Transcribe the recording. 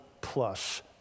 plus